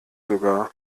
sogar